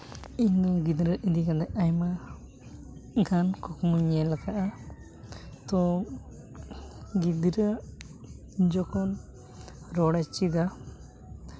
ᱤᱧᱨᱮᱱ ᱜᱤᱫᱽᱨᱟᱹ ᱤᱫᱤ ᱠᱟᱛᱮ ᱟᱭᱢᱟ ᱜᱟᱱ ᱠᱩᱠᱢᱩᱧ ᱧᱮᱞ ᱠᱟᱜᱼᱟ ᱟᱫᱚ ᱜᱤᱫᱽᱨᱟᱹᱣᱟᱜ ᱡᱚᱠᱷᱚᱱ ᱨᱚᱲᱮ ᱪᱮᱫᱟ